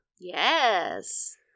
Yes